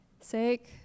sake